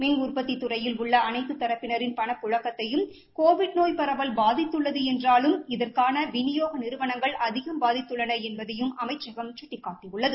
மின் உற்பத்தி துறையில் உள்ள அனைத்து தரப்பினரின் பணப்புழக்கத்தையும் கோவிட் நோய் பரவல் பாதித்துள்ளது என்றாலும் இதற்காக விநியோக நிறுவனங்கள் அதிகம் பாதித்துள்ளன என்பதையும் அமைச்சகம் சுட்டிக்காட்டியுள்ளது